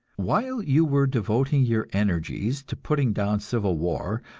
while you were devoting your energies to putting down civil war,